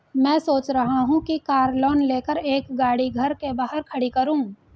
मैं सोच रहा हूँ कि कार लोन लेकर एक गाड़ी घर के बाहर खड़ी करूँ